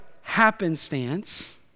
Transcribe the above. happenstance